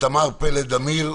תמר פלד אמיר,